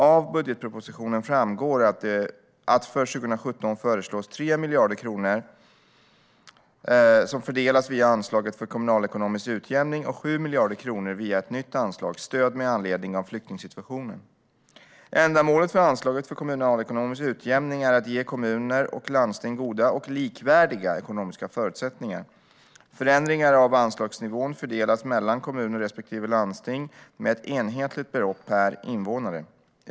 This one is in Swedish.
Av budgetpropositionen framgår att för 2017 föreslås 3 miljarder kronor som fördelas via anslaget för kommunalekonomisk utjämning och 7 miljarder kronor via ett nytt anslag: Stöd med anledning av flyktingsituationen. Ändamålet med anslaget för kommunalekonomisk utjämning är att ge kommuner och landsting goda och likvärdiga ekonomiska förutsättningar. Förändringar av anslagsnivån fördelas mellan kommuner respektive landsting med ett enhetligt belopp per invånare.